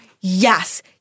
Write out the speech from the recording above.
yes